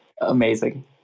Amazing